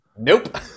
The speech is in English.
Nope